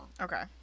Okay